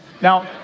now